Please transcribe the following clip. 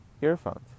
earphones